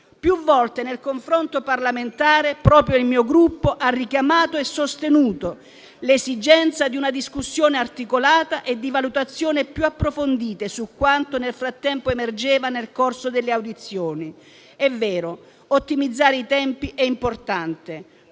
Più volte nel confronto parlamentare proprio il mio Gruppo ha richiamato e sostenuto l'esigenza di una discussione articolata e di valutazioni più approfondite su quanto nel frattempo emergeva nel corso delle audizioni. È vero: ottimizzare i tempi è importante,